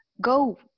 go